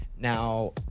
Now